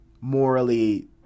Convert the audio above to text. morally